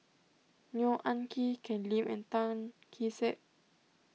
Neo Anngee Ken Lim and Tan Kee Sek